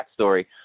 backstory